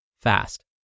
fast